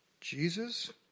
Jesus